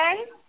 okay